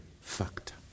factor